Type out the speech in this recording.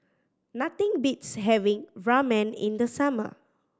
nothing beats having Ramen in the summer